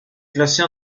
classée